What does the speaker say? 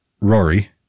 Rory